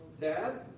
dad